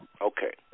Okay